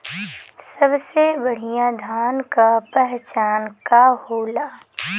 सबसे बढ़ियां धान का पहचान का होला?